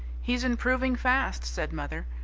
he's improving fast, said mother.